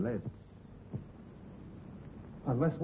less and less